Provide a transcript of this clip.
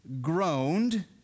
groaned